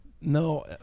No